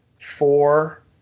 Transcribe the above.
four